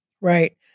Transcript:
Right